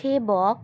সেবক